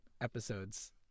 episodes